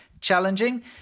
challenging